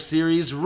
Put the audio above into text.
Series